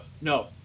no